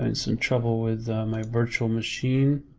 and some trouble with my virtual machine.